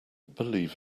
believe